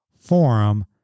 forum